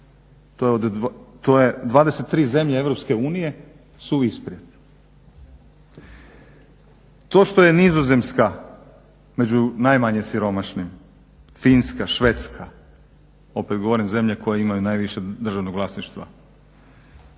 Europske unije su ispred. To što je Nizozemska među najmanje siromašnim, Finska, Švedska, opet govorim zemlje koje imaju najviše državnog vlasništva,